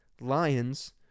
Lions